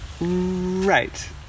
Right